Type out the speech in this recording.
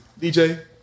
DJ